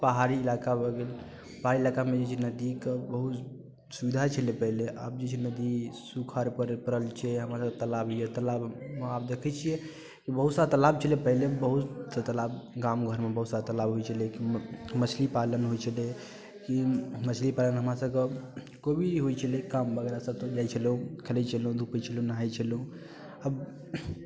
पहाड़ी इलाका भऽ गेल पहाड़ी इलाकामे जे छै नदीके बहुत सुविधा छलै पहिले आब जे छै नदी सुखाड़ पड़ पड़ल छै हमरसभके तालाब यए तालाबमे आब देखै छियै की बहुत सारा तालाब छलै पहले बहुत सारा तालाब गाम घरमे बहुत सारा तालाब होइ छै लेकिन मछली पालन होइ छलै की मछली पालनमे हमरासभके कोइ भी होइ छलै काम वगैरह सभ तऽ जाइ छलहुँ खेलै छलहुँ धूपै छलहुँ नहाइ छलहुँ आब